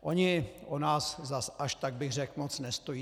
Oni o nás zas až tak bych řekl moc nestojí.